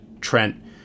Trent